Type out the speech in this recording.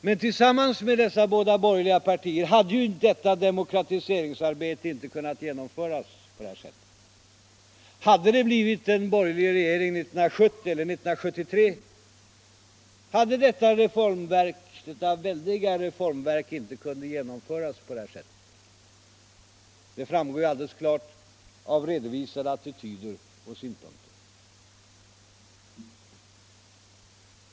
Men tillsammans med dessa båda borgerliga partier hade ju detta demokrati seringsarbete icke kunnat genomföras på det här sättet. Hade det blivit en borgerlig regering 1970 eller 1973 hade detta väldiga reformverk inte kunnat genomföras. Det framgår alldeles klart av redovisade attityder och ståndpunkter.